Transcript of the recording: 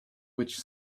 which